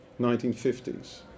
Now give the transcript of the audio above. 1950s